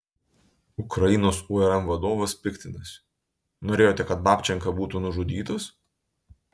ukrainos urm vadovas piktinasi norėjote kad babčenka būtų nužudytas